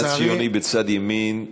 לצערי,